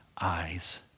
eyes